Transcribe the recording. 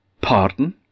Pardon